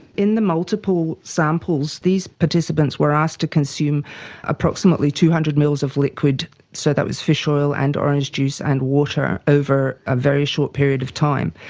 in the multiple samples these participants were asked to consume approximately two hundred mls of liquid so that was fish oil and orange juice and water over a very short period of time.